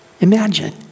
Imagine